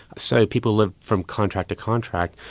so people live from contract to contract.